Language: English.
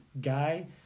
guy